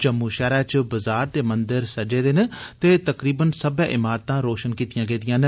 जम्मू शैहर च बाज़ार ते मंदिर सज्जे दे न ते तकरीबन सब्बे इमारतां रौशन कीती गेदियां न